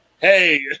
Hey